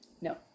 no